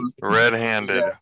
Red-handed